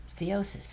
theosis